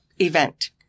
event